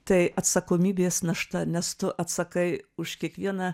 tai atsakomybės našta nes tu atsakai už kiekvieną